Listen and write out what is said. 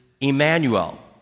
Emmanuel